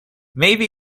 maybe